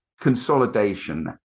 consolidation